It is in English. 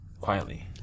quietly